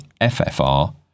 FFR